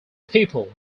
people